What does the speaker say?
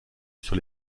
sur